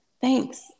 thanks